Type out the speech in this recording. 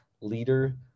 leader